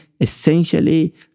essentially